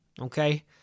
okay